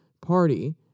party